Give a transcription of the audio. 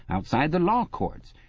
outside the law courts.